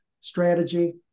strategy